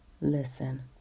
Listen